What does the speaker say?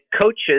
coaches